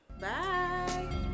Bye